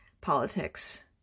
politics